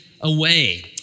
away